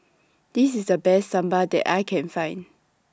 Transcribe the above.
This IS The Best Sambar that I Can Find